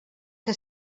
que